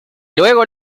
luego